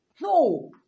No